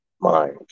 mind